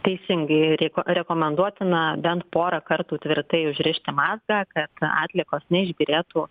teisingai rek rekomenduotina bent porą kartų tvirtai užrišti mazgą kad na atliekos neišbyrėtų